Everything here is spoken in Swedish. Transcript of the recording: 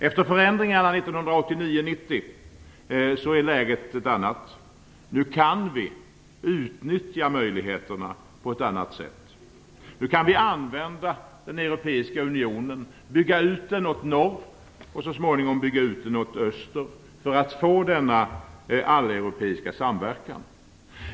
Efter förändringarna 1989 och 1990 är läget ett annat. Nu kan vi utnyttja möjligheterna på ett annat sätt. Nu kan vi använda den europeiska unionen, bygga ut den åt norr och så småningom åt öster, för att få denna alleuropeiska samverkan.